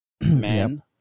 Men